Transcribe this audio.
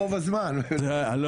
אני